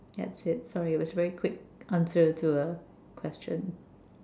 that's it sorry it was very quick answer to a question